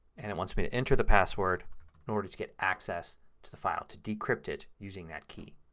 and it wants me to enter the password in order to get access to the file to decrypt it using that key.